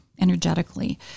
energetically